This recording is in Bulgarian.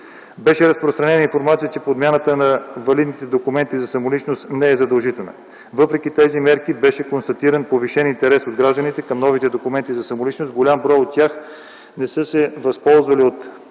Беше разпространена информация, че подмяната на валидните документи за самоличност не е задължителна. Въпреки тези мерки беше констатиран повишен интерес от гражданите към новите документи за самоличност. Голям брой от тях не са се възползвали от предоставената